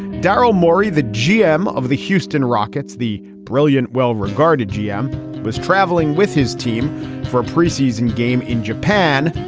daryl morey the gm of the houston rockets the brilliant well regarded gm was traveling with his team for a pre-season game in japan.